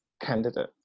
candidate